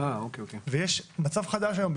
היום בישראל יש מצב חדש.